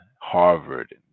Harvard